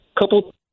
couple